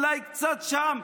אולי קצת שם,